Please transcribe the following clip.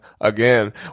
again